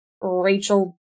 rachel